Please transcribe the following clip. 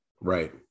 right